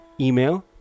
email